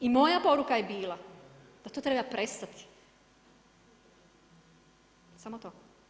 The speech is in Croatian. I moja poruka je bila da to treba prestati, samo to.